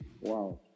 Wow